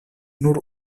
nur